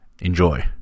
Enjoy